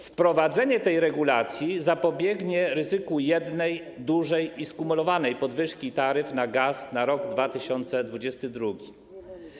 Wprowadzenie tej regulacji zapobiegnie ryzyku jednej dużej i skumulowanej podwyżki taryf dla gazu na rok 2022.